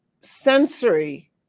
sensory